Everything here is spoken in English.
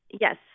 Yes